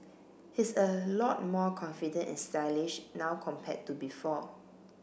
he's a lot more confident and stylish now compared to before